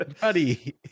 buddy